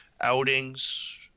outings